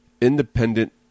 Independent